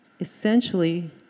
essentially